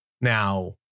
Now